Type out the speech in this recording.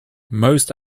most